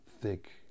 thick